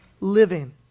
living